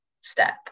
step